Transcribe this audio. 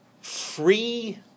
free